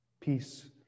Peace